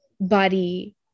body